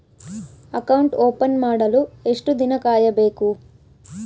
Account open ಮಾಡಲು ಎಷ್ಟು ದಿನ ಕಾಯಬೇಕು?